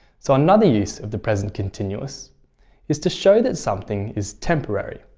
so, another use of the present continuous is to show that something is temporary.